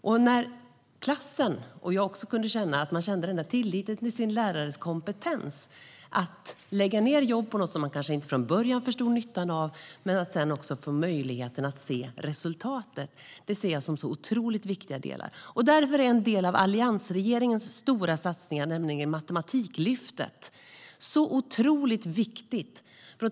Att våga lita på sin lärare och känna sådan tillit till dennes kompetens att man lägger ned jobb på något som man från början inte förstår nyttan med men sedan får möjlighet att se resultatet av ser jag som otroligt viktigt. Därför är en av alliansregeringens stora satsningar, nämligen Matematiklyftet, så viktigt.